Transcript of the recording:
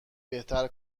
بهتر